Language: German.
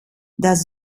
das